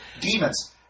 demons